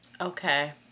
Okay